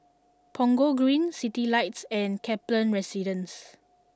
Punggol Green Citylights and Kaplan Residence